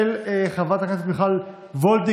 והיא של חברת הכנסת מיכל וולדיגר.